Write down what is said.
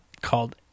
called